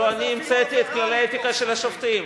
לא אני המצאתי את כללי האתיקה של השופטים.